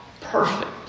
Perfect